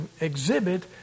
exhibit